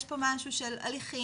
יש פה משהו של הליכים,